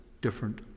different